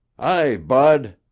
hi, bud.